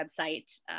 website